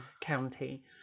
county